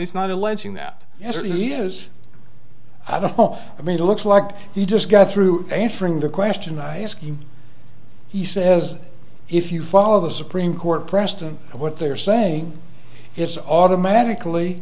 he's not alleging that yesterday he is i don't know i mean to look like he just got through answering the question i ask you he says if you follow the supreme court preston what they're saying it's automatically